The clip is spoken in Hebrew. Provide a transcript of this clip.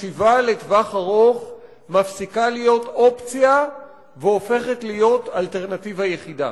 החשיבה לטווח ארוך מפסיקה להיות אופציה והופכת להיות אלטרנטיבה יחידה.